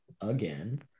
again